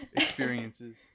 experiences